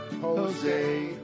Jose